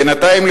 בינתיים,